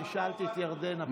אני שאלתי את ירדנה פה.